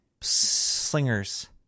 slingers